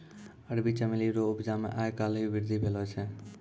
अरबी चमेली रो उपजा मे आय काल्हि वृद्धि भेलो छै